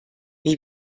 wie